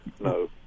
No